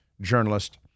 journalist